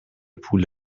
پول